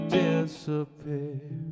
disappear